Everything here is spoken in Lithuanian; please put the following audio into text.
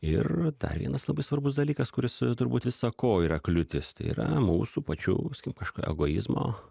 ir dar vienas labai svarbus dalykas kuris turbūt visa ko yra kliūtis tai yra mūsų pačių skim kažką egoizmo